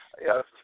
Yes